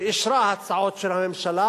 שאישרה הצעות של הממשלה,